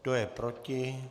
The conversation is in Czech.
Kdo je proti?